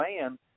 man